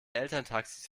elterntaxis